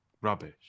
rubbish